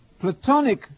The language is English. Platonic